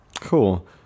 Cool